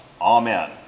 Amen